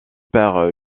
père